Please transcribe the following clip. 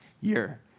year